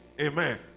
Amen